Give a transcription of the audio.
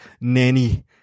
nanny